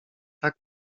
tak